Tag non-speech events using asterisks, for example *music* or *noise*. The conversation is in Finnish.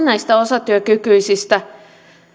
*unintelligible* näistä osatyökykyisistä